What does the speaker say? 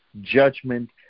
judgment